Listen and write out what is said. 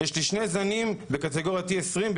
יש לי שני זנים בקטגוריה T-20,